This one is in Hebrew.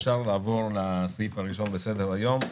אפשר לעבור לסעיף הראשון בסדר-היום: